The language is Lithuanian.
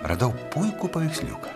radau puikų paveiksliuką